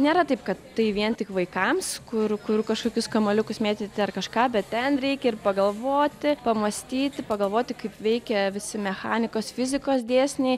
nėra taip kad tai vien tik vaikams kur kur kažkokius kamuoliukus mėtyti ar kažką bet ten reikia ir pagalvoti pamąstyti pagalvoti kaip veikia visi mechanikos fizikos dėsniai